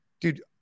dude